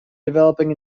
developing